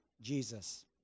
Jesus